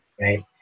Right